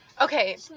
Okay